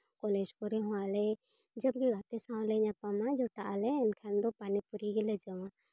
college ᱠᱚᱨᱮ ᱦᱚᱸ ᱟᱞᱮ ᱡᱚᱵ ᱜᱮ ᱜᱟᱛᱮ ᱥᱟᱶ ᱞᱮ ᱧᱟᱯᱟᱢᱟ ᱡᱚᱴᱟᱜ ᱟᱞᱮ ᱩᱱ ᱠᱷᱟᱱ ᱫᱚ ᱯᱟᱹᱱᱤ ᱯᱩᱨᱤ ᱜᱮᱞᱮ ᱡᱚᱢᱟ